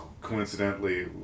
coincidentally